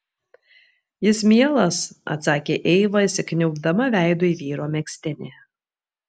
jis mielas atsakė eiva įsikniaubdama veidu į vyro megztinį